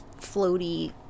floaty